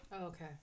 okay